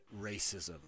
racism